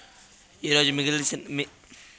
ఈరోజు మిగిలిన బ్యాలెన్స్ ఎంత?